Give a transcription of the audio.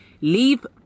leave